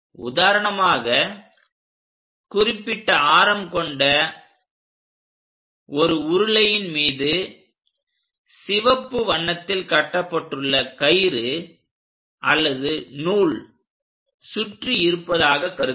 உதாரணமாக குறிப்பிட்ட ஆரம் கொண்ட ஒரு உருளையின் மீது சிவப்பு வண்ணத்தில் கட்டப்பட்டுள்ள கயிறு அல்லது நூல் சுற்றி இருப்பதாக கருதுக